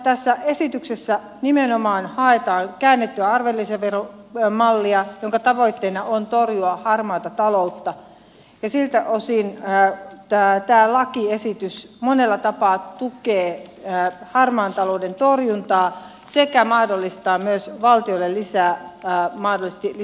tässä esityksessä nimenomaan haetaan käännettyä arvonlisäveromallia jonka tavoitteena on torjua harmaata taloutta ja siltä osin tämä lakiesitys monella tapaa tukee harmaan talouden torjuntaa sekä mahdollistaa myös valtiolle mahdollisesti lisää euroja